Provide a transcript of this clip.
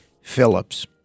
Phillips